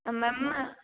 आ मम्मा